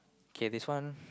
okay this one